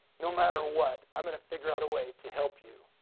no matter what. i'm going to figure out a way to help you.